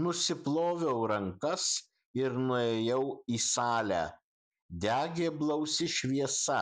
nusiploviau rankas ir nuėjau į salę degė blausi šviesa